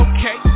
Okay